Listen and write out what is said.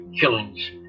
killings